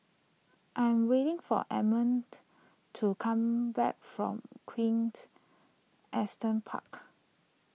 I am waiting for Edmund to come back from quint Asten Park